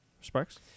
Sparks